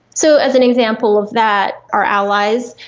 so as an example of that, our allies,